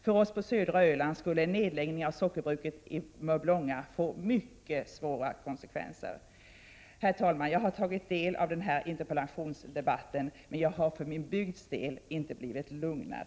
För oss på södra Öland skulle en nedläggning av sockerbruket i Mörbylånga få mycket svåra konsekvenser. Herr talman! Jag har tagit del av denna interpellationsdebatt, men jag har för min bygds del inte blivit lugnad.